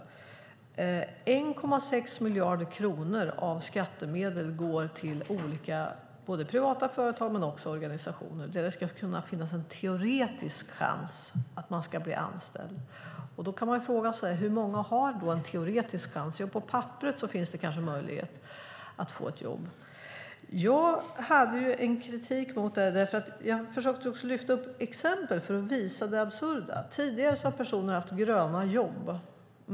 Det är alltså 1,6 miljarder kronor av skattemedel som går till olika privata företag och organisationer där det ska kunna finnas en teoretisk chans att man ska bli anställd. Då kan man fråga sig hur många som har en teoretisk chans. På papperet finns det kanske möjlighet att få ett jobb. Jag hade en kritik mot det här, och jag försökte också lyfta upp exempel för att visa på det absurda. Tidigare har personer haft gröna jobb.